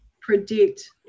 predict